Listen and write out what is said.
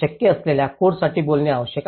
शक्य असलेल्या कोडसाठी बोलणे आवश्यक आहे